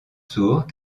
sourds